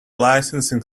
licensing